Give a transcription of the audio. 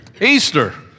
Easter